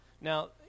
now